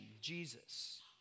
Jesus